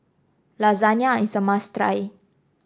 Lasagna is a must try